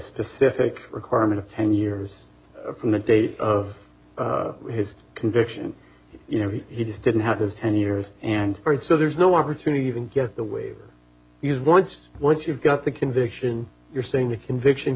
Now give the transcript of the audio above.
specific requirement of ten years from the date of his conviction you know he just didn't have those ten years and so there's no opportunity even get the waiver used once once you've got the conviction you're seeing the conviction